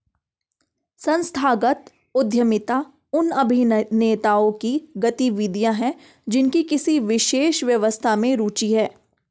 संस्थागत उद्यमिता उन अभिनेताओं की गतिविधियाँ हैं जिनकी किसी विशेष व्यवस्था में रुचि है